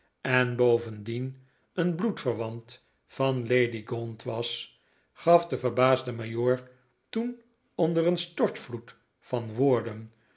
en bovendien een bloedverwant van lady gaunt was gaf den verbaasden majoor toen onder een stortvloed van woorden